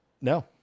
No